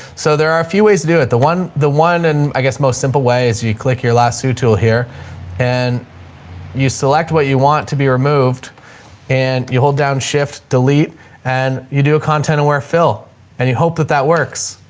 so there are a few ways to do it. the one, the one and i guess most simple ways. you you click your last suit tool here and you select what you want to be removed and you hold down shift, delete and you do a content aware fill and you hope that that works.